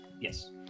Yes